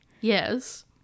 Yes